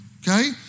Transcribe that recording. Okay